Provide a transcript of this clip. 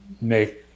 make